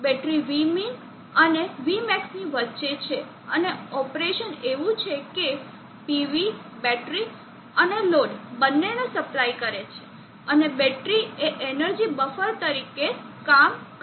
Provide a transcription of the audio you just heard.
battery vmin અને vmax ની વચ્ચે છે અને ઓપરેશન એવું છે કે PV બેટરી અને લોડ બંનેને સપ્લાય કરે છે અને બેટરી એ એનર્જી બફર તરીકે કામ કરે છે